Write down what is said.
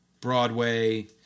Broadway